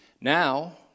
Now